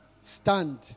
Stand